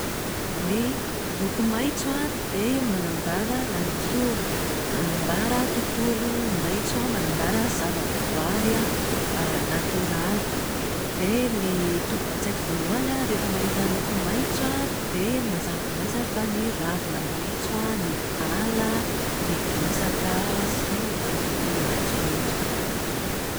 Ny loko maitso an dia manambara natiora. Manambara tontolo maitso an, manambara zavaboary an natoraly. Dia ny tonga ao an-tsaiko voalohany rehefa mahita loko maitso dia mazava ho azy an fa ny ravina maitso, ny ala, ny bozaka, sy izay tontolo maitso rehetra.